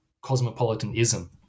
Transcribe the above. cosmopolitanism